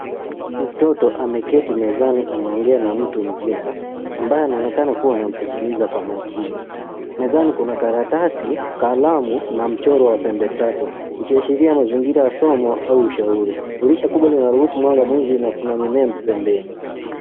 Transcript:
Mtoto ameketi mezani, anaongea na mtu mzima ambaye anaonekana kuwa anamsikiliza kwa makini. Mezani kuna karatasi, kalamu na mchoro wa pembe tatu ikiashiria mazingira ya somo au ushauri. Dirisha kubwa linaruhusu mwanga mwingi na kuna mimea pembeni.